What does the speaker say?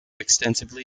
extensively